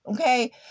okay